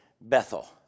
Bethel